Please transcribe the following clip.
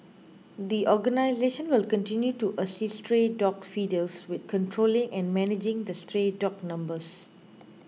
the organisation will continue to assist stray dog feeders with controlling and managing the stray dog numbers